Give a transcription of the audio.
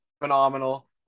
phenomenal